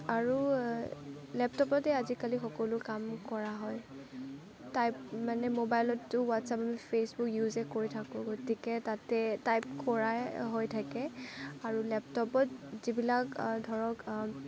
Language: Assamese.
আৰু লেপটপতে আজিকালি সকলো কাম কৰা হয় টাইপ মানে মবাইলতো হোৱাটচাপ ফেচবুক ইউজেই কৰি থাকোঁ গতিকে তাতে টাইপ কৰাই হৈ থাকে আৰু লেপটপত যিবিলাক